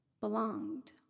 belonged